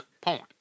Point